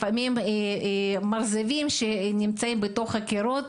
לפעמים מרזבים שנמצאים בתוך הקירות,